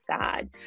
sad